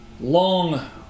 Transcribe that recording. long